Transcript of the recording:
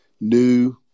new